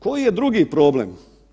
Koji je drugi problem?